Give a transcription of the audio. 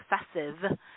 excessive